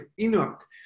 Enoch